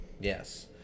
yes